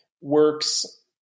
works